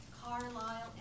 Carlisle